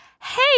hey